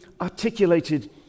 articulated